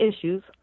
issues